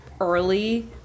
early